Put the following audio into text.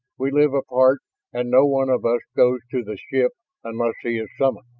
we live apart and no one of us goes to the ship unless he is summoned.